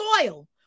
soil